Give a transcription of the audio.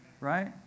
right